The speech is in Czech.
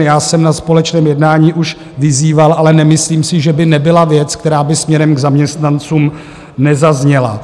Já jsem na společném jednání už vyzýval, ale nemyslím si, že by nebyla věc, která by směrem k zaměstnancům nezazněla.